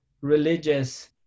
religious